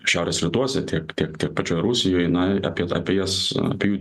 šiaurės rytuose tiek tiek tiek pačioj rusijoj na apie apie jas apie jų